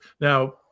Now